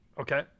Okay